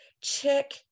Check